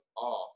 off